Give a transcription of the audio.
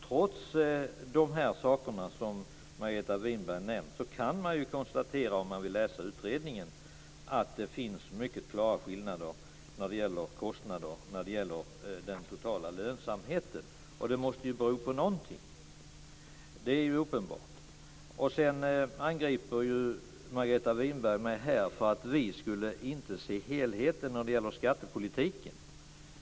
Trots de saker som Margareta Winberg har nämnt, kan man ju, när man läser utredningen, konstatera att det finns mycket klara skillnader när det gäller kostnader och när det gäller den totala lönsamheten. Det måste ju bero på någonting. Det är ju uppenbart. Sedan angriper Margareta Winberg mig för att vi inte skulle se helheten i skattepolitiken.